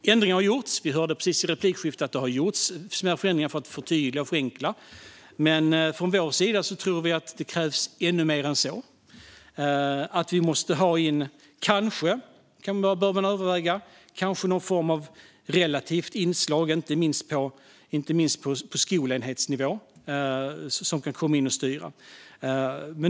Ändringar har gjorts. Vi hörde precis i ett replikskifte att det har gjorts smärre förändringar för att förtydliga och förenkla. Men från vår sida tror vi att det krävs ännu mer. Kanske bör man överväga någon form av relativt inslag, inte minst på skolenhetsnivå, för att styra.